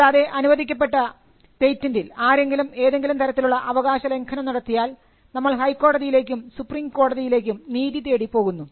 കൂടാതെ അനുവദിക്കപ്പെട്ട പേറ്റന്റിൽ ആരെങ്കിലും ഏതെങ്കിലും തരത്തിലുള്ള അവകാശ ലംഘനം നടത്തിയാൽ നമ്മൾ ഹൈക്കോടതിയിലേക്കും സുപ്രീംകോടതിയിലേക്കും നീതി തേടി പോകുന്നു